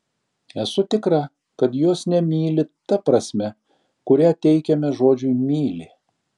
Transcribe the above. esu tikra kad jos nemyli ta prasme kurią teikiame žodžiui myli